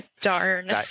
Darn